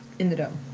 in the dome?